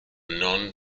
non